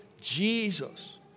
Jesus